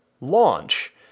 launch